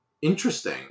Interesting